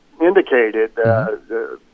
indicated